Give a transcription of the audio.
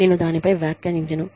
నేను దానిపై వ్యాఖ్యానించను